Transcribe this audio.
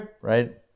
right